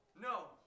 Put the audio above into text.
no